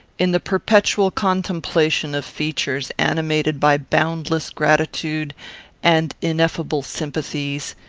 in the perpetual contemplation of features animated by boundless gratitude and ineffable sympathies,